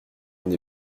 n’ai